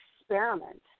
experiment